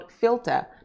filter